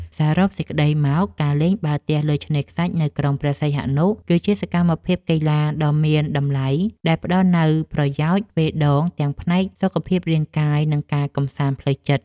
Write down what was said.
សរុបសេចក្ដីមក ការលេងបាល់ទះលើឆ្នេរខ្សាច់នៅក្រុងព្រះសីហនុ គឺជាសកម្មភាពកីឡាដ៏មានតម្លៃដែលផ្ដល់នូវផលប្រយោជន៍ទ្វេដង ទាំងផ្នែក សុខភាពរាងកាយ និង ការកម្សាន្តផ្លូវចិត្ត។